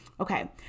Okay